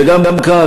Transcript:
וגם כאן,